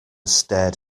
stared